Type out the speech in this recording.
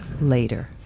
later